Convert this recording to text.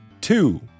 two